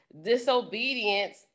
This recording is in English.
disobedience